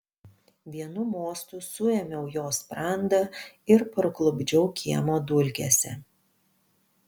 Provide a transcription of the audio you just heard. vienu mostu suėmiau jo sprandą ir parklupdžiau kiemo dulkėse